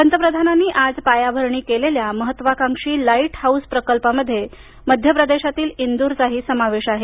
पंतप्रधानांनी आज पायाभरणी केलेल्या महत्त्वाकांक्षी लाईट हाऊस प्रकल्पामध्ये इंदूरचाही समावेश आहे